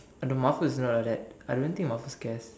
the Mafus is not like that I don't think Marfus cares